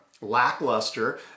lackluster